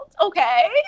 okay